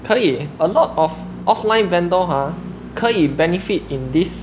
可以 a lot of offline vendor ah 可以 benefit in this